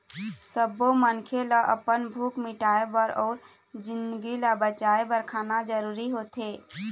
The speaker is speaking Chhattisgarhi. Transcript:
सब्बो मनखे ल अपन भूख मिटाउ बर अउ जिनगी ल बचाए बर खाना जरूरी होथे